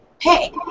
hey